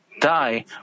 die